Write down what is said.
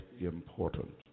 important